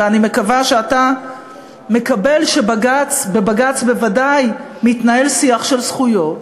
ואני מקווה שאתה מקבל שבבג"ץ בוודאי מתנהל שיח של זכויות,